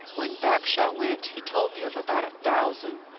when bagshaw went, he told me of about a thousand.